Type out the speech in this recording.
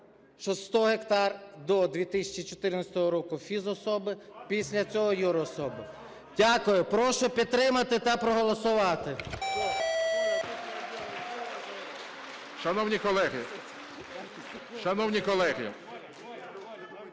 що 100 гектар до 2014 року – фізособи, після цього – юрособи. Дякую. Прошу підтримати та проголосувати.